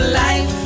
life